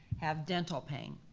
have dental pain.